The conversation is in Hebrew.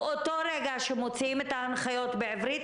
באותו רגע שמוציאים את ההנחיות בעברית,